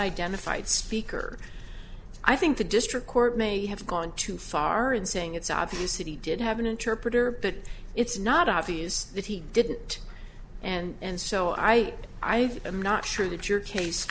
identified speaker i think the district court may have gone too far in saying it's obvious that he did have an interpreter but it's not obvious that he did it and so i i think i'm not sure that your case